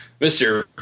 Mr